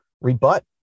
Rebut